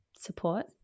support